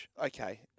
Okay